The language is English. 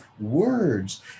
words